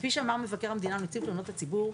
כפי שאמר מבקר המדינה ונציב תלונות הציבור,